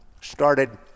started –